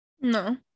No